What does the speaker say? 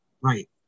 Right